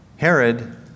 Herod